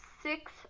six